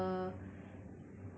lawrence wong